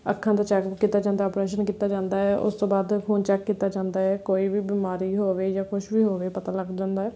ਅੱਖਾਂ ਦਾ ਚੱਕਅਪ ਕੀਤਾ ਜਾਂਦਾ ਅਪਰੇਸ਼ਨ ਕੀਤਾ ਜਾਂਦਾ ਹੈ ਉਸ ਤੋਂ ਬਾਅਦ ਖੂਨ ਚੈੱਕ ਕੀਤਾ ਜਾਂਦਾ ਹੈ ਕੋਈ ਵੀ ਬਿਮਾਰੀ ਹੋਵੇ ਜਾਂ ਕੁਛ ਵੀ ਹੋਵੇ ਪਤਾ ਲੱਗ ਜਾਂਦਾ ਹੈ